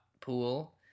pool